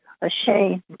ashamed